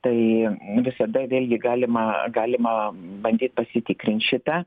tai visada vėlgi galima galima bandyt pasitikrint šitą